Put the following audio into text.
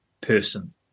person